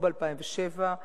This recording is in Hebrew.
לא ב-2007,